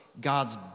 God's